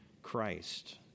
Christ